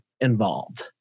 involved